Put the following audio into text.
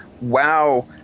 WoW